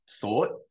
thought